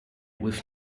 with